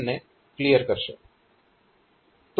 7 ને ક્લિયર કરશે